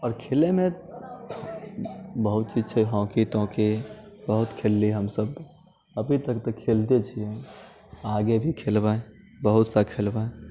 आओर खेलयमे बहुत चीज छै हॉकी तौकी बहुत खेललियै हमसभ अभी तक तऽ खेलते छियै आगे भी खेलबै बहुत सा खेलबै